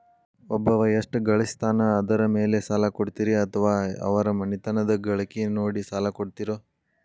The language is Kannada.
ಒಬ್ಬವ ಎಷ್ಟ ಗಳಿಸ್ತಾನ ಅದರ ಮೇಲೆ ಸಾಲ ಕೊಡ್ತೇರಿ ಅಥವಾ ಅವರ ಮನಿತನದ ಗಳಿಕಿ ನೋಡಿ ಸಾಲ ಕೊಡ್ತಿರೋ?